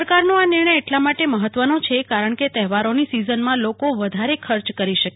સરકારનો આ નિર્ણય એટલા માટે મહત્વનો છે કારણ કે તહેવારોની સિઝનમાં લોકો વધારે ખર્ચ કરી શકે